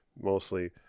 mostly